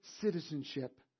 citizenship